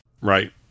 Right